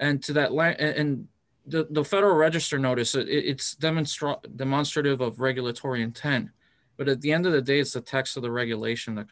and to that land and the federal register notice that it's demonstrable demonstrative of regulatory intent but at the end of the day it's the text of the regulation that